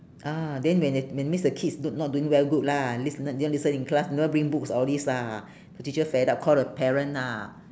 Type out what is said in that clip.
ah then when then when means the kids d~ not doing very good lah that means didn't listen in class never bring books all these lah the teacher fed up call the parent lah